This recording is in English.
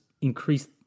increase